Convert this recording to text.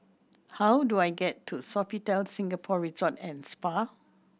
how do I get to Sofitel Singapore Resort and Spa